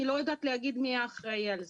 אני לא יודעת להגיד מי אחראי על זה.